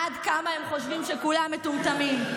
עד כמה הם חושבים שכולם מטומטמים?